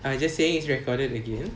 ah just saying it's recorded again